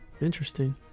Interesting